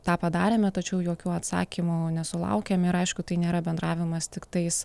tą padarėme tačiau jokių atsakymų nesulaukėm ir aišku tai nėra bendravimas tiktais